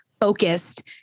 focused